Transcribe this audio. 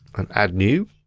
and add new,